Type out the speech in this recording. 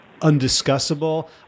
undiscussable